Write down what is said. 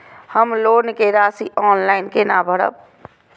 हम लोन के राशि ऑनलाइन केना भरब?